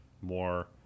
more